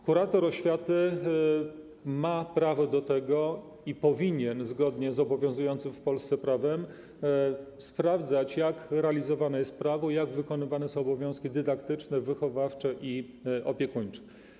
Kurator oświaty ma do tego prawo i powinien zgodnie z obowiązującym w Polsce prawem sprawdzać, jak realizowane jest prawo, jak wykonywane są obowiązki dydaktyczne, wychowawcze i opiekuńcze.